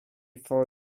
for